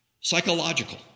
Psychological